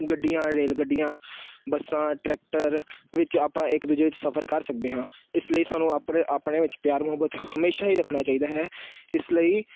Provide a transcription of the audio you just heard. ਗੱਡੀਆਂ ਰੇਲ ਗੱਡੀਆਂ ਬੱਸਾਂ ਟਰੈਕਟਰ ਵਿੱਚ ਆਪਾਂ ਇੱਕ ਦੂਜੇ ਵਿੱਚ ਸਫ਼ਰ ਕਰ ਸਕਦੇ ਹਾਂ ਇਸ ਲਈ ਸਾਨੂੰ ਆਪਣੇ ਆਪਣੇ ਵਿੱਚ ਪਿਆਰ ਮੁਹੱਬਤ ਹਮੇਸ਼ਾ ਹੀ ਰੱਖਣਾ ਚਾਹੀਦਾ ਹੈ ਇਸ ਲਈ